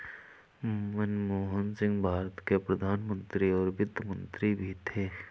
मनमोहन सिंह भारत के प्रधान मंत्री और वित्त मंत्री भी थे